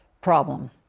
problem